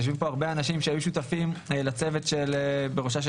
יושבים פה הרבה אנשים שהיו שותפים לצוות בראשה של